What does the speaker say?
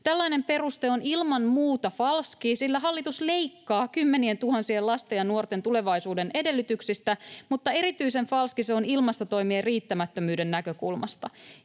Tällainen peruste on ilman muuta falski, sillä hallitus leikkaa kymmenientuhansien lasten ja nuorten tulevaisuuden edellytyksistä, mutta erityisen falski se on ilmastotoimien riittämättömyyden näkökulmasta.